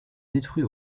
détruit